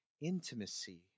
intimacy